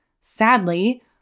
Sadly